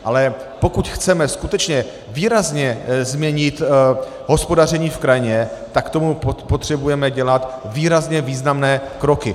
Ale pokud chceme skutečně výrazně změnit hospodaření v krajině, tak k tomu potřebujeme dělat výrazně významnější kroky.